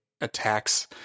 attacks